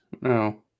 No